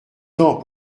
temps